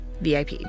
VIP